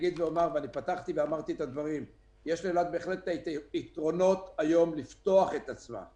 אני פתחתי ואמרתי יש לאילת בהחלט יתרונות לפתוח את עצמה,